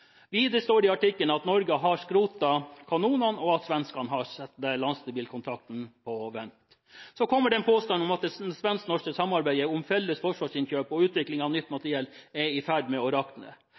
i fjor står det videre at Norge har skrotet kanonene, og at svenskene har satt lastebilkontrakten på vent. Så kommer det en påstand om at det svensk-norske samarbeidet om felles forsvarsinnkjøp og utvikling av nytt materiell er i ferd med å rakne,